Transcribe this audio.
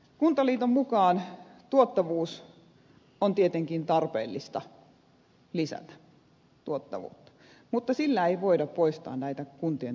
kuntaliiton mukaan tuottavuutta on tietenkin tarpeellista lisätä mutta sillä ei voida poistaa näitä kuntien talousongelmia